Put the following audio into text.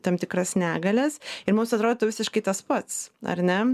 tam tikras negalias ir mums atrodytų visiškai tas pats ar ne